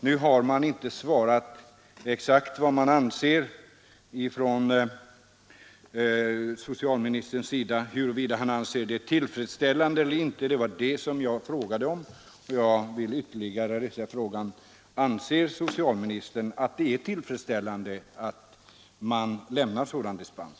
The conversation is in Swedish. Nu har socialministern inte exakt svarat huruvida han anser detta tillfredsställande eller inte. Det var det som jag frågade om, och jag vill ytterligare en gång ställa frågan: Anser socialministern att det är tillfredsställande att man lämnar sådan dispens?